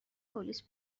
پلیس